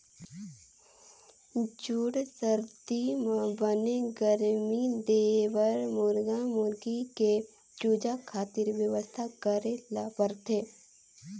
जूड़ सरदी म बने गरमी देबर मुरगा मुरगी के चूजा खातिर बेवस्था करे ल परथे